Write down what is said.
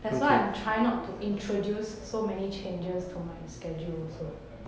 that's why I'm trying not to introduce so many changes to my schedule also